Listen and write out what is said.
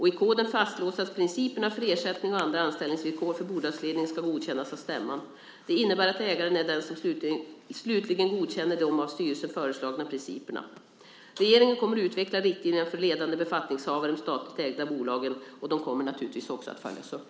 I koden fastslås att principerna för ersättning och andra anställningsvillkor för bolagsledningen ska godkännas av stämman. Det innebär att ägaren är den som slutligen godkänner de av styrelsen föreslagna principerna. Regeringen kommer att utveckla riktlinjerna för ledande befattningshavare i de statligt ägda bolagen. De kommer naturligtvis också att följas upp.